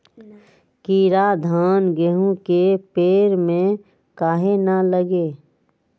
कीरा धान, गेहूं के पेड़ में काहे न लगे?